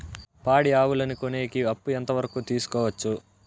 పాడి ఆవులని కొనేకి అప్పు ఎంత వరకు తీసుకోవచ్చు?